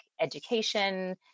education